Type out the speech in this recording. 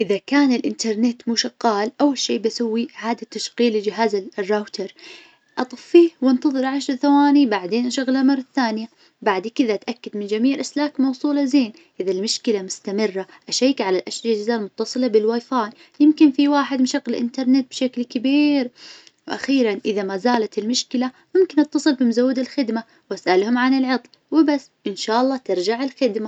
إذا كان الإنترنت مو شغال أول شي بسوي إعادة تشغيل لجهاز الراوتر أطفيه وأنتظر عشر ثواني بعدين أشغله مرة ثانية، بعد كذا أتأكد من جميع الأسلاك موصولة زين، إذا المشكلة مستمرة أشيك على الأجهزة المتصلة بالواي فاي يمكن في واحد مشغل الإنترنت بشكل كبير. وأخيرا إذا ما زالت المشكلة ممكن اتصل بمزود الخدمة واسألهم عن العطل وبس. إن شاء الله ترجع الخدمة.